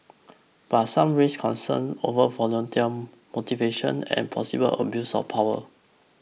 but some raised concern over volunteer motivation and possible abuse of power